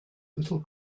little